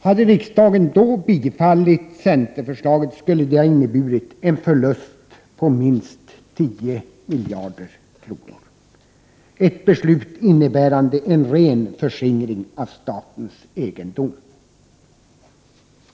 Hade riksdagen bifallit centerförslaget skulle det ha inneburit en förlust på minst 10 miljarder kronor, ett beslut innebärande en ren förskingring av statens egendom.